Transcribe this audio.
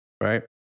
Right